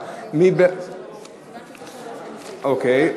שמופיעה, אוקיי,